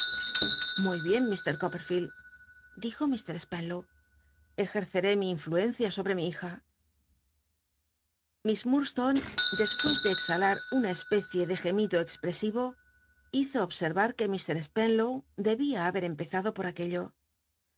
muy bien i'r coppedleld dij o mr spcnlow ejerceré mi influencia sobre mi hija miss iiurdstone después de exhala una especie de gemido ex ll'csivo hizo obscrra que mr spenlow debia haber empezado poi aquello